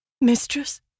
Mistress